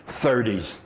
30s